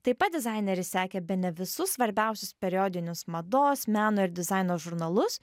taip pat dizaineris sekė bene visus svarbiausius periodinius mados meno ir dizaino žurnalus